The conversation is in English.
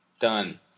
done